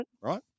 right